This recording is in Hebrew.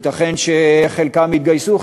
ייתכן שחלקם יתגייסו,